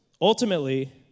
Ultimately